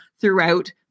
throughout